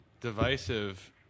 divisive